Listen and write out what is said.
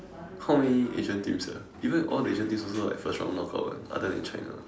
how many Asian teams ah even if all the Asian teams also like first round knock out eh other than China